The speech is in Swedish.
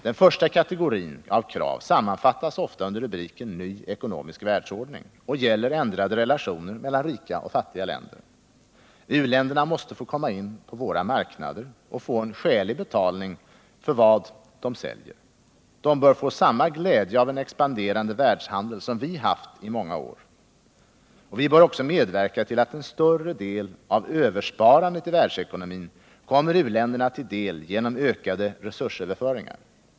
Den första kategorin av krav sammanfattas ofta under rubriken ny ekonomisk världsordning och gäller ändrade relationer mellan rika och fattiga länder. U länderna måste få komma in på våra marknader och få en skälig betalning för vad de säljer. De bör få samma glädje av en expanderande världshandel som vi haft i många år. Vi bör också medverka till att en större del av översparandet i världsekonomin kommer u-länderna till del genom ökade resursöverföringar.